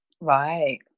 Right